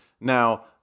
Now